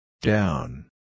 down